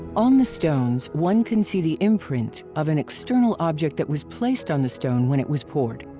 on the stones, one can see the imprint of an external object that was placed on the stone when it was poured.